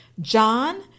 John